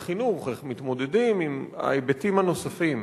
החינוך: איך מתמודדים עם ההיבטים הנוספים,